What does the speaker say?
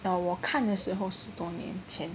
but 我看的时候是十多年前